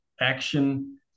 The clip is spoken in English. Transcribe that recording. action